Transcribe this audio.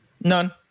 None